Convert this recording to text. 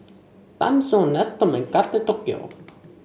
Timezone Nestum and Kate Tokyo